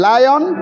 Lion